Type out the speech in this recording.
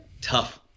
tough